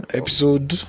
episode